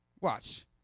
Watch